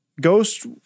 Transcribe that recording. Ghost